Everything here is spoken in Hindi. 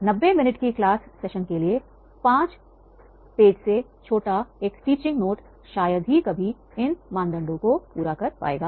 90 मिनट के क्लास सेशन के लिए 5 पेज से छोटा एक टीचिंग नोट शायद ही कभी इन मानदंडों को पूरा करता है